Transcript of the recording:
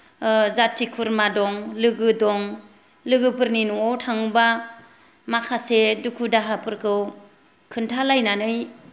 जाथि खुरमा दं लोगो दं लोगोफोरनि नआव थांबा माखासे दुखु दाहाफोरखौ खोन्थालायनानै